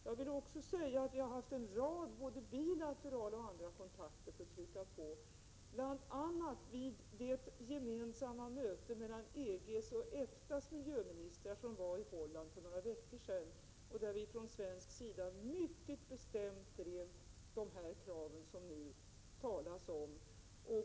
Jag vill också framhålla att vi har haft en rad både bilaterala och andra kontakter i påtryckande syfte, bl.a. vid det gemensamma möte mellan EG:s och EFTA:s miljöoch energiministrar som hölls i Holland för några veckor sedan och där vi från svensk sida mycket bestämt drev de krav som det nu talas om.